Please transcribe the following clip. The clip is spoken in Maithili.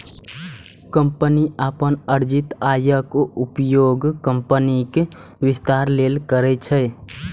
कंपनी अपन अर्जित आयक उपयोग कंपनीक विस्तार लेल करै छै